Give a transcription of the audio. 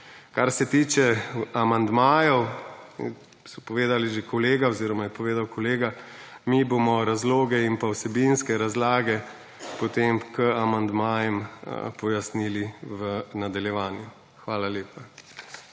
Kar se tiče amandmajev, so povedali že kolega oziroma je povedal kolega, mi bomo razloge in pa vsebinske razlage potem k amandmajem pojasnili v nadaljevanju. Hvala lepa.